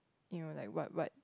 you were like what what